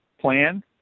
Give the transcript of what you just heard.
plan